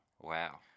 Wow